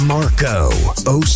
Marco